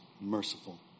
merciful